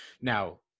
Now